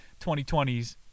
2020s